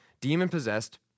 demon-possessed